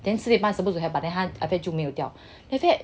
then sleep I suppose but then after that 就没有掉